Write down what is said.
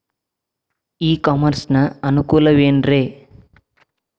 E commerce ನ ಅನುಕೂಲವೇನ್ರೇ?